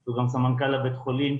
והוא גם סמנכ"ל בית החולים.